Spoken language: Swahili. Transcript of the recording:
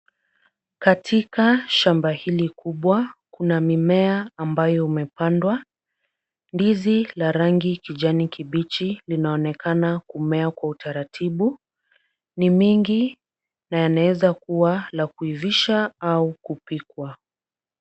Katika shamba hili kubwa kuna mimea ambayo umepandwa, ndizi la rangi kijani kibichi linaonekana kumea kwa utaratibu. Ni mingi na yanawezakuwa la kuivisha au kupikwa.